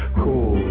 cool